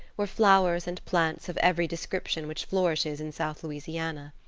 were flowers and plants of every description which flourishes in south louisiana.